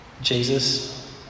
Jesus